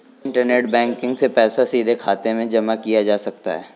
internet banking से पैसा सीधे खाते में जमा किया जा सकता है